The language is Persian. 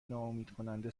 ناامیدکننده